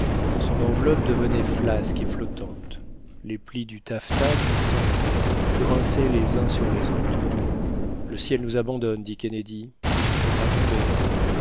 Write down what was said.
son enveloppe devenait flasque et flottante les plis du taffetas distendu grinçaient les uns sur les autres le ciel nous abandonne dit kennedy il faudra tomber